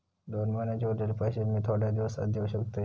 दोन महिन्यांचे उरलेले पैशे मी थोड्या दिवसा देव शकतय?